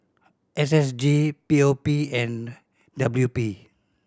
S S G P O P and W P